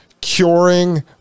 curing